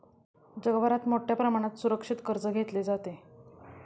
जगभरात मोठ्या प्रमाणात सुरक्षित कर्ज घेतले जाते